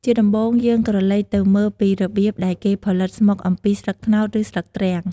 ជាដំបូងយើងក្រឡេកទៅមើលពីរបៀបដែលគេផលិតស្មុកអំពីស្លឹកត្នោត ឬស្លឹកទ្រាំង។